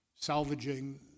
salvaging